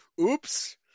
Oops